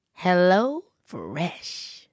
HelloFresh